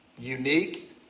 unique